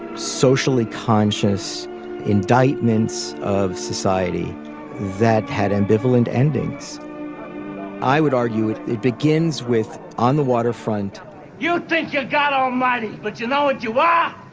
socially conscious indictment's of society that had ambivalent endings i would argue. it it begins with on the waterfront you think your god almighty. but you know what you are?